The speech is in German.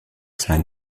sein